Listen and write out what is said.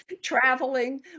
traveling